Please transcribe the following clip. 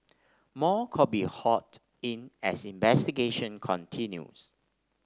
more could be hauled in as investigations continues